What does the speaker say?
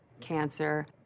cancer